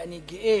ואני גאה